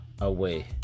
away